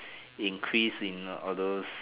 increase in all those